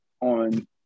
on